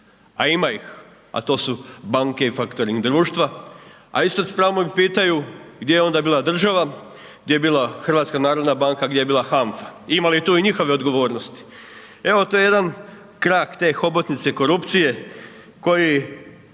a ima ih a to su banke i faktoring društva a isto s pravom pitaju gdje je onda bila država, gdje je bila HNB, gdje je bila HANFA, ima li tu i njihove odgovornosti. Evo to je jedan krak te hobotnice korupcije koji